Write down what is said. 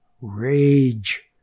rage